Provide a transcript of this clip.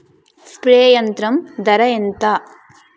Spray యంత్రం ధర ఏంతా?